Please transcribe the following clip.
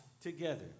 together